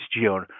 June